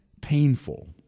painful